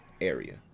area